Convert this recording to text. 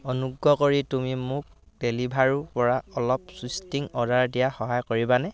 অনুগ্ৰহ কৰি তুমি মোক ডেলিভাৰুৰপৰা অলপ ছুষ্টিং অৰ্ডাৰ দিয়াত সহায় কৰিবানে